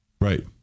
Right